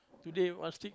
today one stick